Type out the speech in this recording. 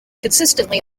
consistently